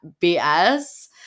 BS